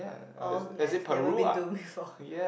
all math never been to before